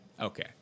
Okay